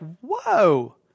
whoa